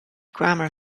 grammar